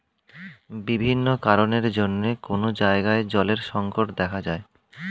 বিভিন্ন কারণের জন্যে কোন জায়গায় জলের সংকট দেখা যায়